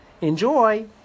Enjoy